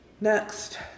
Next